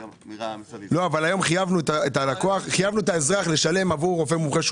אבל היום חייבנו את האזרח לשלם עבור מומחה.